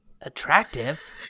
attractive